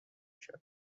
کردم